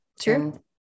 True